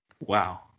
wow